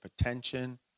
attention